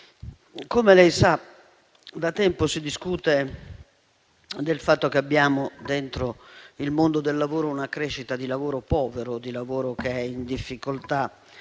come lei sa da tempo si discute del fatto che abbiamo, dentro il mondo del lavoro, una crescita del lavoro povero, che è in difficoltà